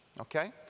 Okay